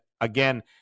again